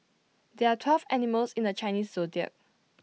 there are twelve animals in the Chinese Zodiac